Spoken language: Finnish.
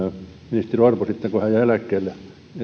ministeri orpo sitten kun hän jää eläkkeelle ja